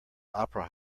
opera